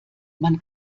man